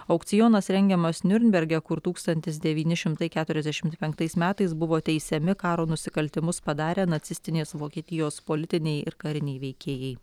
aukcionas rengiamas niurnberge kur tūkstantis devyni šimtai keturiasdešimt penktais metais buvo teisiami karo nusikaltimus padarę nacistinės vokietijos politiniai ir kariniai veikėjai